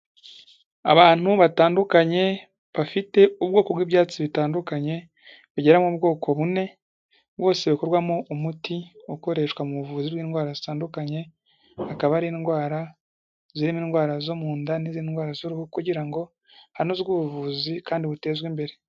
Abantu batandukanye bafite ubwoko bw'ibyatsi bitandukanye, bigera mu bwoko bune, bwose bukorwamo umuti ukoreshwa mu buvuzi bw'indwara zitandukanye; akaba ari indwara z'irimo indwara zo mu nda, n'izindi ndwara z'uruhu, kugira ngo hanozwe ubuvuzi kandi butezwe imbere.